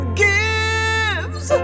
gives